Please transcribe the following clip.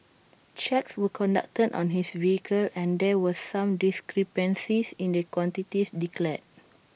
checks were conducted on his vehicle and there were some discrepancies in the quantities declared